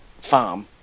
farm